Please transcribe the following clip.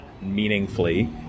meaningfully